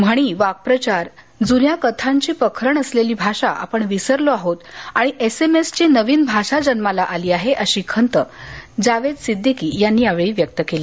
म्हणी वाक्प्रचार जुन्या कथांची पखरण असलेली भाषा आपण विसरलो आहोत आणि एसएमएसची नवीच भाषा जन्माला आली आहे अशी खंत जावेद सिद्दीकी यांनी यावेळी व्यक्त केली